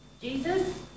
Jesus